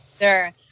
Sure